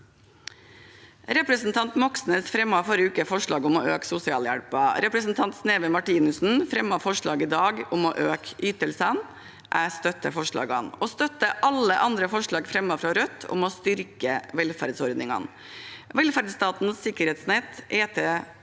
Representanten Moxnes fremmet forrige uke forslag om å øke sosialhjelpen. Representanten Sneve Martinussen fremmer i dag forslag om å øke ytelsene. Jeg støtter disse og alle de andre forslagene fra Rødt om å styrke velferdsordningene. Velferdsstatens sikkerhetsnett er til